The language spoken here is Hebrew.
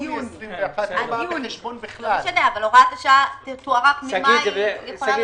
זה בסדר, שגית.